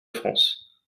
france